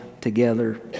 together